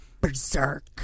berserk